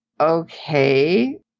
okay